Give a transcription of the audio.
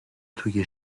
توی